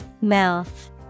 Mouth